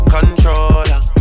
Controller